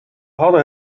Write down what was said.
hadden